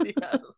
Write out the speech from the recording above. Yes